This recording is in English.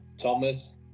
Thomas